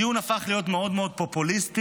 הדיון הפך להיות מאוד מאוד פופוליסטי,